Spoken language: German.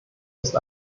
ist